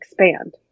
expand